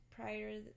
Prior